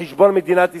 על חשבון מדינת ישראל.